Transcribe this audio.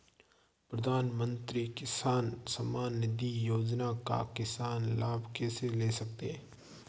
प्रधानमंत्री किसान सम्मान निधि योजना का किसान लाभ कैसे ले सकते हैं?